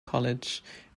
college